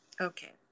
okay